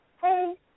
Hey